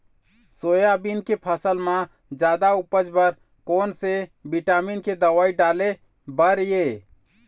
Soybean के फसल म जादा उपज बर कोन से विटामिन के दवई डाले बर ये?